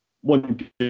one